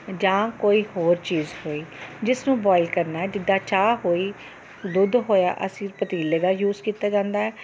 ਜਾਂ ਕੋਈ ਹੋਰ ਚੀਜ਼ ਹੋਈ ਜਿਸ ਨੂੰ ਬੋਇਲ ਕਰਨਾ ਜਿੱਦਾਂ ਚਾਹ ਹੋਈ ਦੁੱਧ ਹੋਇਆ ਅਸੀਂ ਪਤੀਲੇ ਦਾ ਯੂਜ ਕੀਤਾ ਜਾਂਦਾ ਹੈ